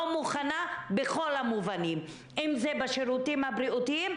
מוכנה בכל המובנים אם זה בשירותים הבריאותיים,